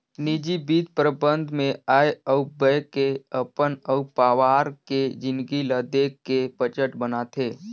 निजी बित्त परबंध मे आय अउ ब्यय के अपन अउ पावार के जिनगी ल देख के बजट बनाथे